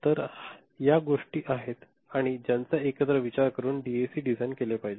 तर या काही गोष्टी आहेत आणि ज्यांचा एकत्र विचार करून डीएसी डिझाइन केले पाहिजे